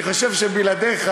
אני חושב שבלעדיך,